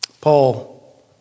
Paul